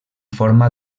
forma